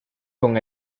con